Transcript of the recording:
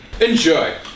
Enjoy